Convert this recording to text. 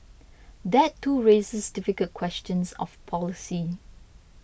that too raises difficult questions of policy